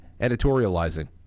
editorializing